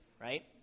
right